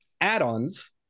add-ons